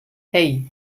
hei